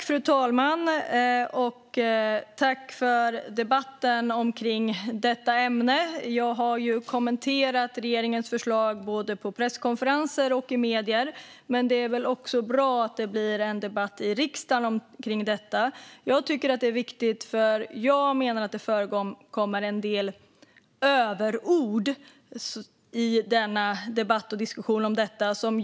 Fru talman! Jag tackar för debatten om detta ämne. Jag har ju kommenterat regeringens förslag både på presskonferenser och i medier, men det är väl bra att det också blir en debatt om detta i riksdagen. Jag tycker att det är viktigt, för jag menar att det förekommer en del överord i diskussionen om detta.